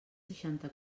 seixanta